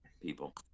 people